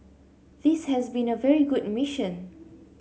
this has been a very good mission